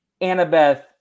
Annabeth